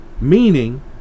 meaning